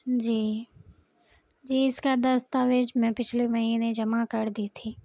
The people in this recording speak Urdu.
جی جی اس کا دستاویز میں پچھلے مہینے جمع کر دی تھی